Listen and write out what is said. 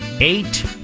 Eight